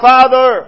Father